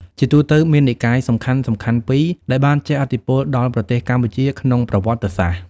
ជាទូទៅ មាននិកាយសំខាន់ៗពីរដែលបានជះឥទ្ធិពលដល់ប្រទេសកម្ពុជាក្នុងប្រវត្តិសាស្ត្រ។